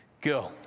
Go